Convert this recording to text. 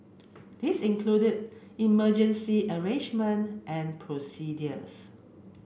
this included emergency arrangement and procedures